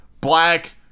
black